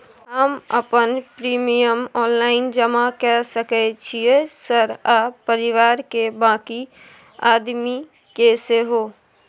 हम अपन premium online जमा के सके छियै सर आ परिवार के बाँकी आदमी के सेहो?